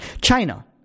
China